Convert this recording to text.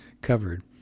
covered